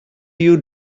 you